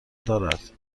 دارد